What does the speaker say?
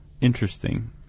interesting